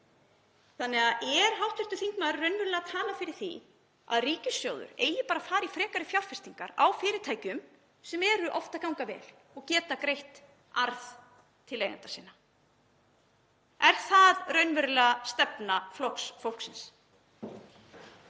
eigenda. Er hv. þingmaður raunverulega að tala fyrir því að ríkissjóður eigi bara að fara í frekari fjárfestingar í fyrirtækjum sem eru oft að ganga vel og geta greitt arð til eigenda sinna? Er það raunverulega stefna Flokks fólksins?